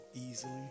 easily